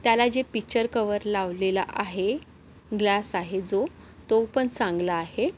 त्याला जे picture cover लावलेला आहे ग्लास आहे जो तो पण चांगला आहे